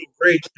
great